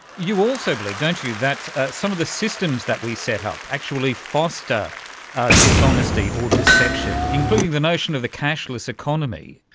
you also believe, don't you, that some of the systems that we set up actually foster dishonesty or deception, including the notion of the cashless economy.